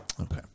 Okay